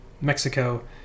mexico